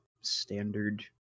standard